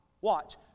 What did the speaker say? watch